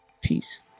Peace